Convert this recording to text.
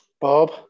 Bob